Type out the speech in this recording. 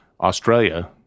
Australia